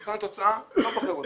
מבחן התוצאה אומר שלא בוחרים אותו.